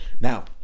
now